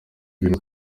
ibintu